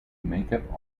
makeup